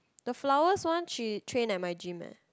the flowers one she trained at my gym eh